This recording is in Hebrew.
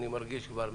אני מרגיש כבר,